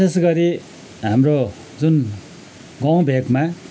विशेष गरी हाम्रो जुन गाउँ भेकमा